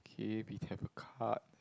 A became a card